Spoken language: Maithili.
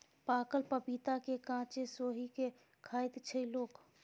पाकल पपीता केँ कांचे सोहि के खाइत छै लोक